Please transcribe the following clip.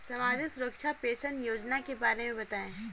सामाजिक सुरक्षा पेंशन योजना के बारे में बताएँ?